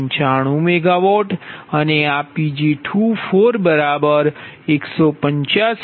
95MW અને આ Pg2185